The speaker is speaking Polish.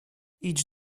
idź